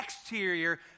exterior